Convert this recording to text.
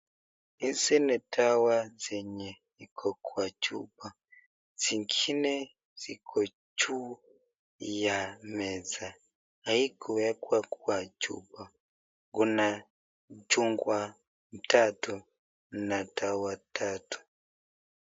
Hizi ni dawa zenye iko kwa chupa. Zingine ziko juu ya meza, haikuwekwa kwa chupa. Kuna chungwa tatu na dawa tatu.